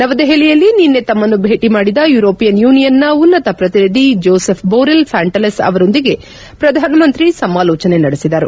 ನವದೆಹಲಿಯಲ್ಲಿ ನಿನ್ನೆ ತಮ್ಮನ್ನು ಭೇಟಿ ಮಾಡಿದ ಯುರೋಪಿಯನ್ ಯೂನಿಯನ್ನ ಉನ್ತತ ಪ್ರತಿನಿಧಿ ಜೋಸೆಫ್ ಬೊರೆಲ್ ಫಾಂಟೆಲ್ಲೆಸ್ ಅವರೊಂದಿಗೆ ಪ್ರಧಾನಮಂತ್ರಿ ಸಮಾಲೋಚನೆ ನಡೆಸಿದರು